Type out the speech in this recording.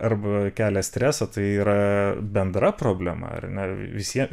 arba kelia stresą tai yra bendra problema ar ne visiem